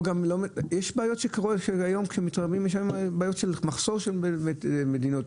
יש בעיות של מחסור במדיניות.